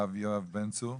הרב יואב בן צור.